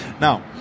Now